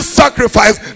sacrifice